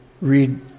read